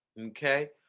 okay